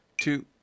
two